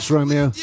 Romeo